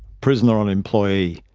prisoner on employee.